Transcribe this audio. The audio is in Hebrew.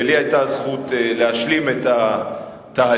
ולי היתה הזכות להשלים את התהליך.